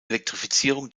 elektrifizierung